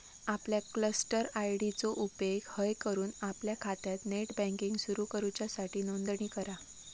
आपल्या cluster ID चो उपेग हय करून आपल्या खात्यात नेट बँकिंग सुरू करूच्यासाठी नोंदणी करा